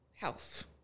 health